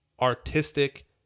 artistic